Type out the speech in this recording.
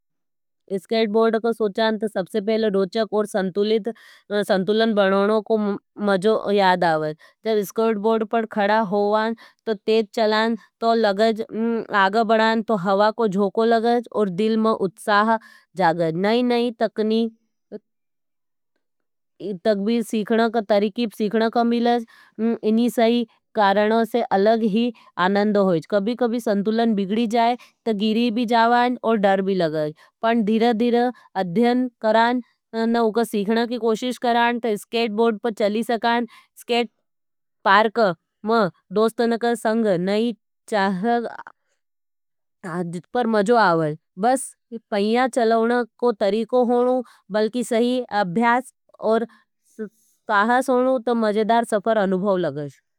इसकेर्ट बोर्ड को सोचान तो सबसे पहले रोचक और संतुलित संतुलन बनानों को मज़ो याद आवज। जब इसकेर्ट बोर्ड पर खड़ा होवान तो तेट चलान तो लगज आगे बढ़ज तो हवा को जोको लगज और दिल में उत्साह जागज। नई-नई तबरीक तरकीब सीखने को मिले, इन्ही सही कारणों से अलग ही आनंद होइज। बस पईया चलवन को तरीको होनों बलकि सही अभ्यास और साहस होनों तो मज़ेदार सफर अनुभव लगज।